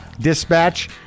dispatch